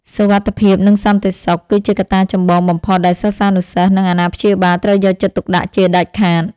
សុវត្ថិភាពនិងសន្តិសុខ គឺជាកត្តាចម្បងបំផុតដែលសិស្សានុសិស្សនិងអាណាព្យាបាលត្រូវយកចិត្តទុកដាក់ជាដាច់ខាត។